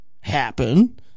happen